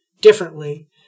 differently